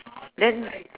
then